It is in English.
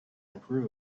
improve